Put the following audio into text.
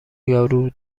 یارو